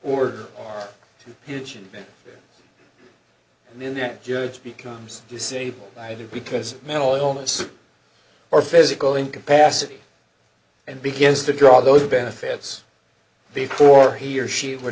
event and then that judge becomes disabled either because mental illness or physical incapacity and begins to draw those benefits before he or she would